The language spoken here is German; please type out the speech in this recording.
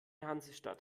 hansestadt